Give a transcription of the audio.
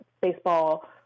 baseball